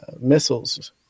missiles